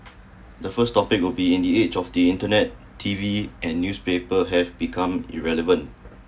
the first topic would in the age of the internet T_V and newspaper have become irrelevant